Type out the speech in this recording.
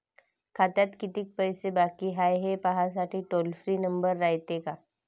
खात्यात कितीक पैसे बाकी हाय, हे पाहासाठी टोल फ्री नंबर रायते का?